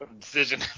decision